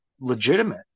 legitimate